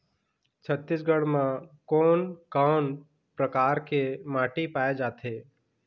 छत्तीसगढ़ म कोन कौन प्रकार के माटी पाए जाथे?